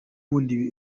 ubundi